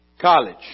college